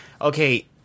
okay